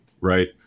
right